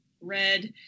red